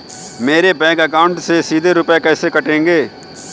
मेरे bank account से सीधे रुपए कैसे कटेंगे?